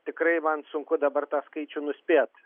tikrai man sunku dabar tą skaičių nuspėt